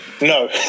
No